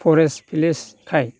forest भिलेजखाय